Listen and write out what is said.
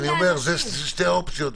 אלה שתי אופציות,